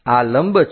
આ લંબ છે